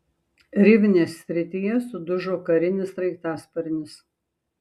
rivnės srityje sudužo karinis sraigtasparnis